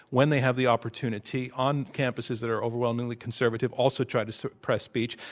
when they have the opportunity, on campuses that are overwhelmingly conservative, also try to suppress speech.